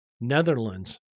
Netherlands